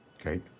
okay